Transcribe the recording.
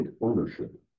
ownership